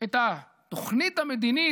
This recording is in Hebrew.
את התוכנית המדינית,